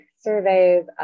surveys